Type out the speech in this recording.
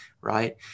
right